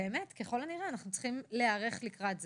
וככל הנראה אנחנו צריכים להיערך לקראת זה.